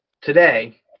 Today